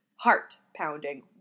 heart-pounding